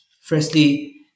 Firstly